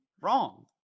Wrong